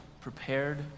prepared